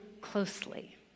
closely